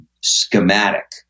schematic